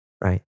right